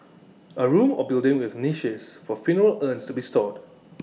A room or building with niches for funeral urns to be stored